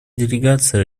делегация